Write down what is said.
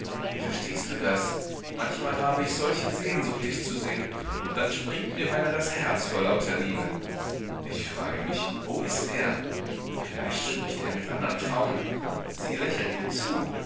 verstehst du das manchmal habe ich solche sehnsucht dich zu sehen und dann springt mir beinahe das herz vor lauter liebe ich frage mich wo ist er vielleicht spricht er mit andern frauen sie lächeln ihm zu